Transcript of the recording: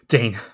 Dane